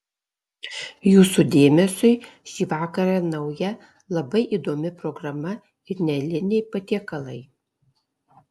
jūsų dėmesiui šį vakarą nauja labai įdomi programa ir neeiliniai patiekalai